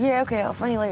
yeah okay, i'll find like